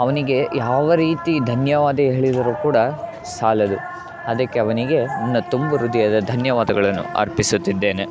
ಅವನಿಗೆ ಯಾವ ರೀತಿ ಧನ್ಯವಾದ ಹೇಳಿದರೂ ಕೂಡ ಸಾಲದು ಅದಕ್ಕೆ ಅವನಿಗೆ ನನ್ನ ತುಂಬು ಹೃದಯದ ಧನ್ಯವಾದಗಳನ್ನು ಅರ್ಪಿಸುತ್ತಿದ್ದೇನೆ